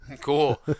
Cool